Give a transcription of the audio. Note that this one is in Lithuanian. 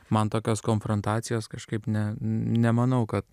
man tokios konfrontacijos kažkaip ne nemanau kad